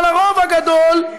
אבל הרוב הגדול,